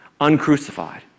uncrucified